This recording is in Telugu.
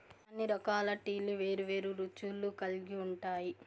అన్ని రకాల టీలు వేరు వేరు రుచులు కల్గి ఉంటాయి